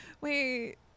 wait